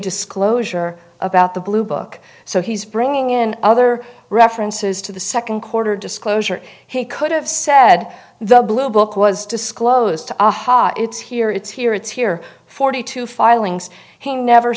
disclosure about the blue book so he's bringing in other references to the second quarter disclosure he could have said the blue book was disclosed it's here it's here it's here forty two filings he never